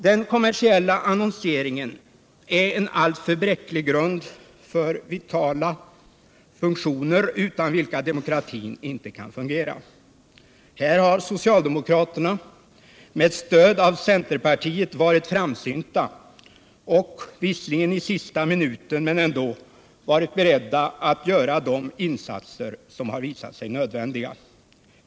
Den kommersiella annonseringen är en alltför bräcklig grund för vitala funktioner utan vilka demokratin inte kan fungera. Här har socialdemokraterna med stöd av centerpartiet varit framsynta och — visserligen i sista minuten, men ändå — varit beredda att göra de insatser som har visat sig nödvändiga.